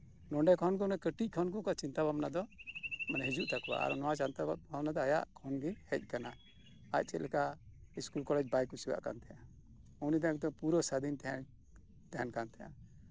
ᱱᱚᱰᱮ ᱠᱷᱚᱱ ᱫᱚ ᱠᱟᱹᱴᱤᱡ ᱠᱷᱚᱱᱜᱮ ᱪᱤᱱᱛᱟᱹ ᱵᱷᱟᱵᱱᱟ ᱫᱚ ᱢᱟᱱᱮ ᱦᱤᱡᱩᱜ ᱛᱟᱠᱚᱣᱟ ᱱᱚᱣᱟ ᱵᱷᱟᱵᱱᱟ ᱫᱚ ᱟᱭᱟᱜ ᱠᱷᱚᱱᱜᱮ ᱦᱮᱡ ᱠᱟᱱᱟ ᱟᱡ ᱪᱮᱫ ᱞᱮᱠᱟ ᱵᱟᱭ ᱠᱩᱥᱤᱭᱟᱜ ᱠᱟᱱ ᱛᱟᱸᱦᱮᱜ ᱩᱱᱤ ᱫᱚ ᱯᱩᱨᱟᱹ ᱥᱟᱹᱫᱷᱤᱱ ᱜᱮ ᱛᱟᱸᱦᱮᱱ ᱠᱟᱱ ᱛᱟᱸᱦᱮᱜ